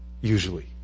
Usually